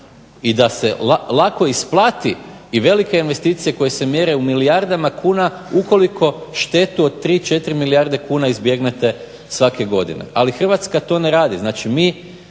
i da se lako isplati i velike investicije koje se mjere u milijardama kuna ukoliko štetu od 3, 4 milijarde kuna izbjegnete svake godine. Ali Hrvatska to ne radi.